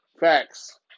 Facts